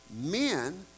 men